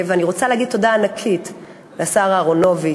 אני רוצה להגיד תודה ענקית לשר אהרונוביץ,